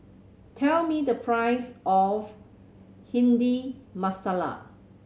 tell me the price of Bhindi Masala